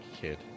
kid